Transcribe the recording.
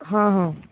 ହଁ ହଁ